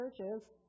churches